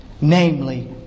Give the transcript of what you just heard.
Namely